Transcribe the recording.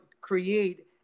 create